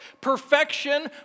Perfection